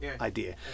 idea